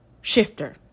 shifter